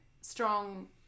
strong